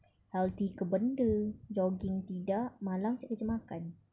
healthy ke benda jogging tidak malam siap kerja makan